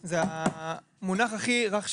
זה המונח הכי רך שיש.